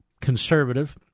conservative